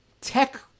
tech